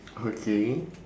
okay